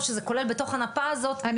או שזה כולל בתוך הנפה הזאת עוד אי-אלו דברים.